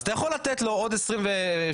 אז אתה יכול לתת לו עוד 28 ימים,